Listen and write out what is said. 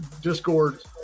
Discord